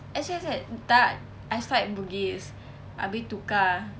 S_U_S_S err tak I stop at bugis abeh tukar